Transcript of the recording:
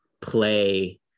play